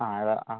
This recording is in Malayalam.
ആ ഇത് ആ